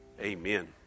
Amen